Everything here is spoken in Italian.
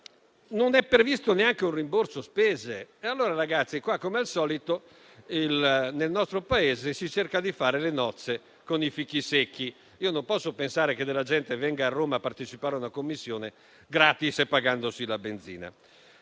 non è previsto neanche un rimborso spese. Allora, come al solito nel nostro Paese, si cerca di fare le nozze con i fichi secchi: non si può pensare che della gente venga a Roma a partecipare a una commissione *gratis* e pagandosi la benzina.